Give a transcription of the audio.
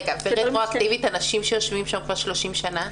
ברטרואקטיבית אנשים שיושבים שם כבר 30 שנה?